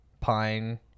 pine